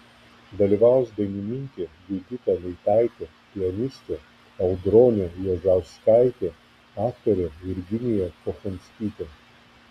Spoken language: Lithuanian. dalyvaus dainininkė judita leitaitė pianistė audronė juozauskaitė aktorė virginija kochanskytė